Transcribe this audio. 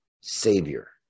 Savior